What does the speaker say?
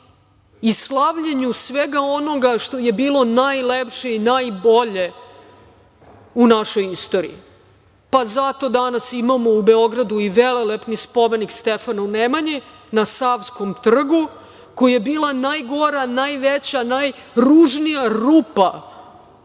i slavljenju svega onoga što je bilo najlepše i najbolje u našoj istoriji. Zato danas imamo u Beogradu i velelepni spomenik Stefanu Nemanji na Savskom trgu, koji je bila najgora, najveća, najružnija rupa